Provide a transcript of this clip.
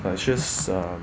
precious uh